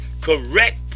correct